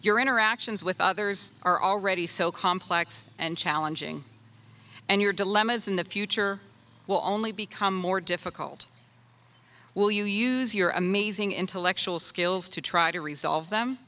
your interactions with others are already so complex and challenging and your dilemmas in the future will only become more difficult will you use your amazing intellectual skills to try to resolve them